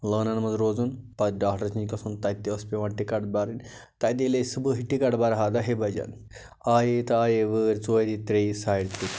لٲنَن منٛز روزُن پتہٕ ڈاکٹرٛس نِش گَژھُن تَتہِ ٲسۍ پٮ۪وان ٹِکٹ بَرٕنۍ تَتہِ ییٚلہِ أسۍ صُبحٲے ٹِکٹ برہاو دَہے بَجن آیے تہٕ آیے وٲر ژورِ ترٛیٚیہِ ساڑِ ترٛےٚ